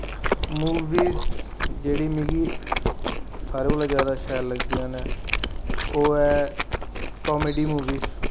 मूवियां जेह्ड़ियां मिगी सारें कोला जैदा शैल लगदियां न ओह् न कामेडी मूवियां